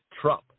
Trump